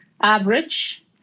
average